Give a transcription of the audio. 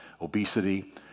Obesity